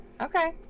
Okay